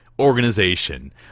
organization